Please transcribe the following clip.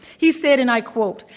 he said, and i quote,